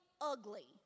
ugly